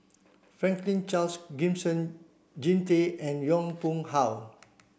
Franklin Charles Gimson Jean Tay and Yong Pung How